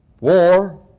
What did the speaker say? War